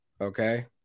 Okay